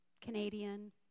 Canadian